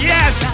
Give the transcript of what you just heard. Yes